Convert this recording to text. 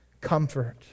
comfort